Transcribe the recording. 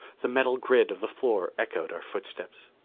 the metal grid of the floor echoed our footsteps.